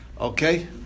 Okay